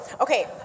okay